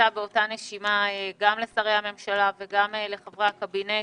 באותה נשימה אני ממליצה גם לשרי הממשלה וגם לחברי הקבינט